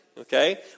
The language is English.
okay